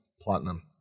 platinum